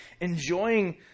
enjoying